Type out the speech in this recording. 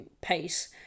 pace